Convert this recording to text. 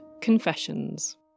Confessions